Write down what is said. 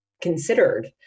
considered